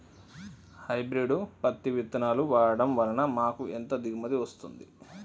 Hybrid పత్తి విత్తనాలు వాడడం వలన మాకు ఎంత దిగుమతి వస్తుంది?